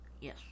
Yes